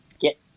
get